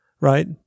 Right